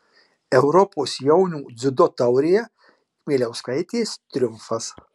europos jaunių dziudo taurėje kmieliauskaitės triumfas